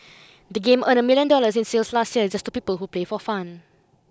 the game earned a million dollars in sales last year just to people who play for fun